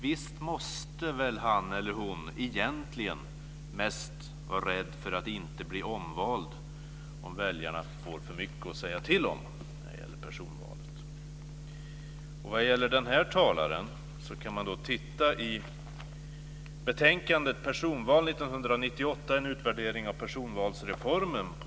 Visst måste väl han eller hon egentligen mest vara rädd för att inte bli omvald, om väljarna får för mycket att säga till om när det gäller personval? Vad gäller den här talaren kan man titta på s. 226 i betänkandet Personval 1998, en utvärdering av personvalsreformen.